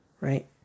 Right